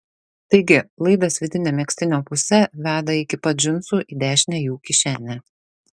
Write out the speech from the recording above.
taigi laidas vidine megztinio puse veda iki pat džinsų į dešinę jų kišenę